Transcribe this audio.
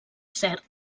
cert